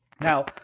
now